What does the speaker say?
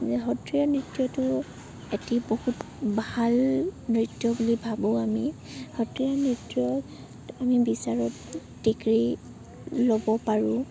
সত্ৰীয়া নৃত্যটো এটি বহুত ভাল নৃত্য বুলি ভাবোঁ আমি সত্ৰীয়া নৃত্যত আমি বিশাৰদ ডিগ্ৰী ল'ব পাৰোঁ